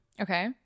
Okay